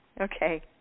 Okay